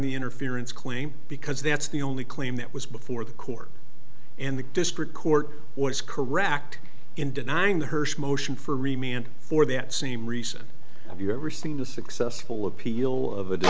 the interference claim because that's the only claim that was before the court and the district court was correct in denying the her motion for remey and for that same recent have you ever seen the successful appeal of a